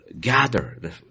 gather